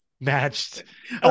matched